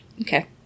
okay